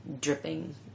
dripping